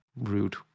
Rude